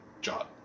job